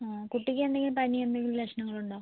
കുട്ടിക്കെന്തെങ്കിലും പനി എന്തെങ്കിലും ലക്ഷണങ്ങൾ ഉണ്ടോ